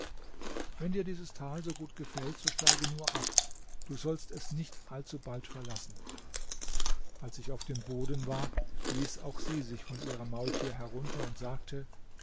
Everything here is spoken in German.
wenn dir dieses tal so gut gefällt so steige nur ab du sollst es nicht allzubald verlassen als ich auf dem boden war ließ auch sie sich von ihrem maultier herunter und sagte